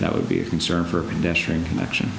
that would be a concern for connection